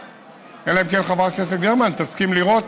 אלא אם כן חברת הכנסת גרמן תסכים לראות